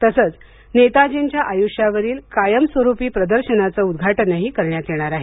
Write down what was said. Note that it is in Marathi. तसेच नेताजींच्या आयुष्यावरील कायमस्वरुपी प्रदर्शनाचे उद्घाटन करण्यात येणार आहे